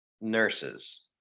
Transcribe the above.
nurses